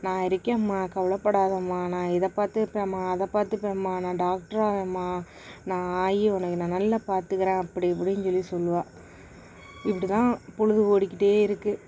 நான் இருக்கேன்மா கவலைப்படாதம்மா நான் இதை பார்த்துப்பேம்மா அதை பார்த்துப்பேம்மா நான் டாக்டராவேன்மா நான் ஆகி உன்னை நல்லா பார்த்துக்கறேன் அப்படி இப்படின்னு சொல்லி சொல்வாள் இப்படி தான் பொழுது ஓடிக்கிட்டு இருக்குது